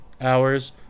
hours